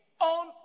on